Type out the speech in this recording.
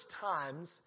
times